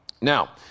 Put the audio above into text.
Now